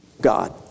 God